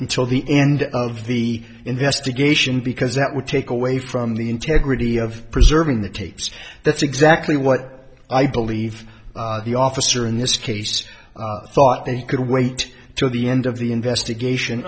until the end of the investigation because that would take away from the integrity of preserving the tapes that's exactly what i believe the officer in this case thought they could wait until the end of the investigation